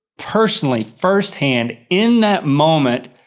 personally, firsthand, in that moment,